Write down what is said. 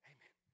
Amen